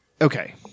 okay